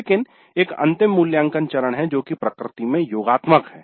लेकिन एक अंतिम मूल्यांकन चरण है जो की प्रकृति में योगात्मक है